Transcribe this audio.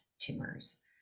tumors